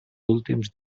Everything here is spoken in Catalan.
últims